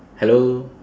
hello